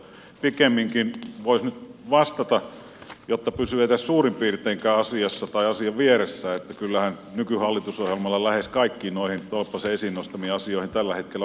pikemminkin voisi nyt vastata jotta pysyy edes suurin piirteinkään asiassa tai asian vieressä että kyllähän nykyhallitusohjelmalla lähes kaikkiin noihin tolppasen esiin nostamiin asioihin tällä hetkellä vastauksia alkaa olla